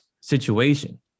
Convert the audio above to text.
situation